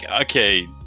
okay